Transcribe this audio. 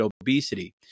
obesity